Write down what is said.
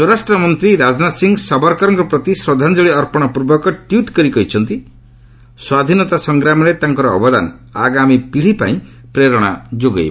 ସ୍ୱରାଷ୍ଟ୍ରମନ୍ତ୍ରୀ ରାଜନାଥ ସିଂ ସବରକରଙ୍କ ପ୍ରତି ଶ୍ରଦ୍ଧାଞ୍ଜଳି ଅର୍ପଣ ପୂର୍ବକ ଟ୍ପିଟ୍ କରି କହିଛନ୍ତି ସ୍ୱାଧୀନତା ସଂଗ୍ରାମରେ ତାଙ୍କର ଅବଦାନ ଆଗାମୀ ପିଢ଼ି ପାଇଁ ପ୍ରେରଣା ଯୋଗାଇବ